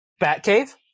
Batcave